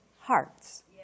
hearts